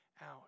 out